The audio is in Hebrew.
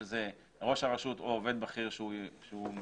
שזה ראש הרשות או עובד בכיר שהוא מינה,